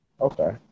Okay